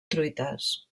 truites